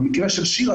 במקרה של שירה,